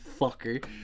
fucker